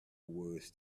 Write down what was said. words